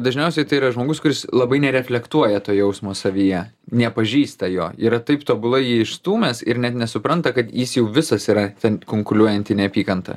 dažniausiai tai yra žmogus kuris labai nereflektuoja to jausmo savyje nepažįsta jo yra taip tobulai jį išstūmęs ir net nesupranta kad jis jau visas yra ten kunkuliuojanti neapykanta